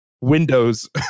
Windows